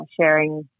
sharing